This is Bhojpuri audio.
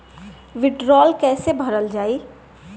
वीडरौल कैसे भरल जाइ?